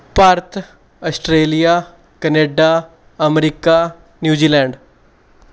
Bharat Australia Canada America New Zealand